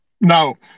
No